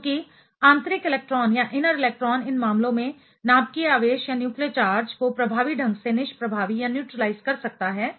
चूंकि आंतरिक इलेक्ट्रॉन इन मामलों में नाभिकीय आवेश न्यूक्लियर चार्ज को प्रभावी ढंग से निष्प्रभावी न्यूट्रीलाइज कर सकता है